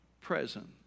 present